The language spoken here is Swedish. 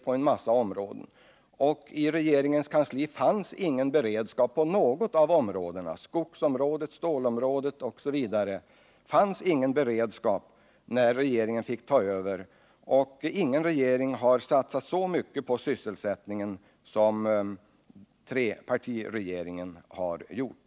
I kanslihuset fanns ingen beredskap på något område — skogsområdet, stålområdet osv. — när trepartiregeringen tog över. Ingen regering har satsat så mycket på sysselsättningen som trepartiregeringen gjorde.